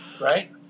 right